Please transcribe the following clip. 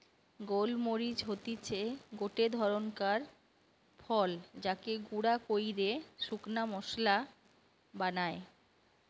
গোল মরিচ হতিছে গটে ধরণকার ফল যাকে গুঁড়া কইরে শুকনা মশলা বানায়